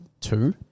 two